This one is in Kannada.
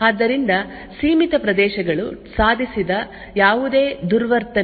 ಆದ್ದರಿಂದ ಸೀಮಿತ ಪ್ರದೇಶಗಳು ಸಾಧಿಸಿದ ಯಾವುದೇ ದುರ್ವರ್ತನೆಯು ಯಾವಾಗಲೂ ಈ ಕನ್ ಫೈನ್ಮೆಂಟ್ ಕ್ಕೆ ಸೀಮಿತವಾಗಿರುತ್ತದೆ